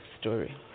story